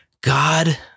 God